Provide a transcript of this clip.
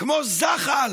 כמו זחל